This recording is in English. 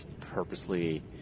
purposely